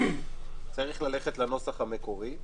צריך ללכת לנוסח המקורי.